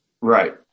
right